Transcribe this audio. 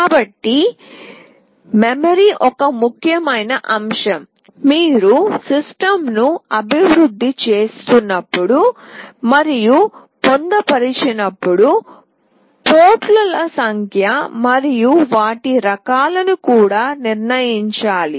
కాబట్టి మెమరీ ఒక ముఖ్యమైన అంశం మీరు వ్యవస్థను అభివృద్ధి చేసినప్పుడు మరియు పొందుపరిచినప్పుడు పోర్టుల సంఖ్య మరియు వాటి రకాలను కూడా నిర్ణయించాలి